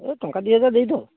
ଏ ଟଙ୍କା ଦୁଇ ହଜାରେ ଦେଇଥାଅ